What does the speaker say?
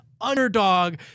underdog